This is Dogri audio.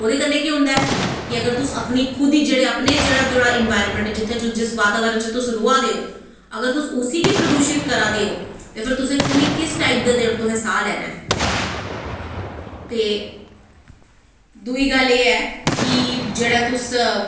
ओह्दे कन्नैं केह् होंदा ऐ कि तुस अपनां खुद जेह्ड़ी तुआढ़ा इन्बाइरनमैैंट जिस बाताबरन च तुस रवा दे हो अगर तुस उसी गै प्रदूशित करा दे हो ते फिर किस टाईप दा तुस साह् लैना ऐ ते दुई गल्ल एह् ऐ कि तुस